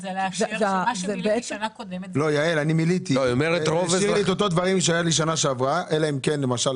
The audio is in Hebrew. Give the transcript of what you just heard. אני מילאתי את אותם דברים שהיו לי בשנה שעברה אלא אם כן בשנה